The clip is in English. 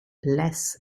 less